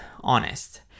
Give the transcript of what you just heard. honest